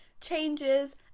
changes